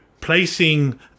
placing